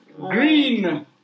Green